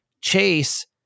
Chase